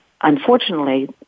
unfortunately